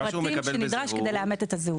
הפרטים שנדרש כדי לאמת את הזהות.